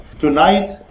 Tonight